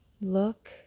Look